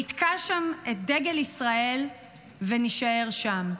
נתקע שם את דגל ישראל ונישאר שם.